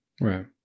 Right